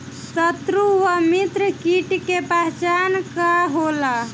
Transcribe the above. सत्रु व मित्र कीट के पहचान का होला?